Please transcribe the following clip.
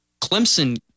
Clemson